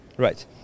Right